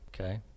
Okay